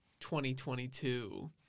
2022